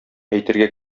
әйтергә